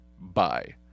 Bye